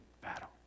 battle